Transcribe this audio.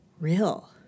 real